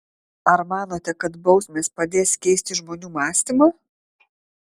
ar manote kad bausmės padės keisti žmonių mąstymą